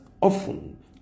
often